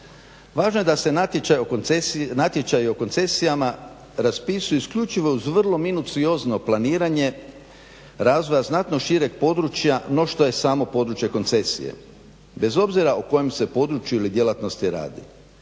Važno je da se natječaji o koncesijama raspisuju isključivo uz vrlo minuciozno planiranje razvoja znatno šireg područja no što je samo područje koncesije, bez obzira o kojem se području ili djelatnosti radi.